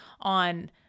on